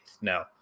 No